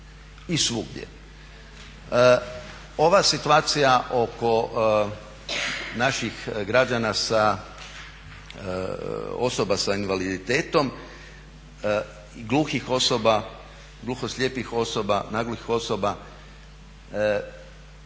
I svugdje. Ova situacija oko naših građana sa osoba sa invaliditetom, gluhih osoba, gluhoslijepih osoba, nagluhih osoba,